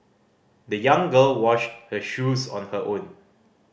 the young girl washed her shoes on her own